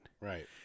Right